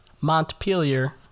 Montpelier